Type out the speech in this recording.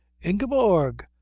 Ingeborg